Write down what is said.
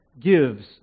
gives